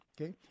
okay